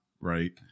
right